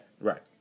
right